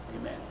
amen